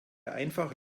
einfach